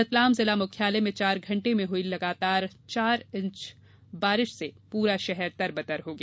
रतलाम जिला मुख्यालय में चार घंटे में हई लगभग चार इंच बारिश से पूरा शहर तरबतर हो गया